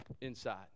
inside